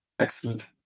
Excellent